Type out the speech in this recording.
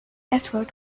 effort